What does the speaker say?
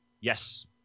Yes